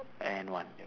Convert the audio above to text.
and one